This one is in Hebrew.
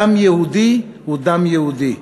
דם יהודי הוא דם יהודי.